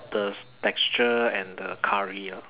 the texture and the curry ah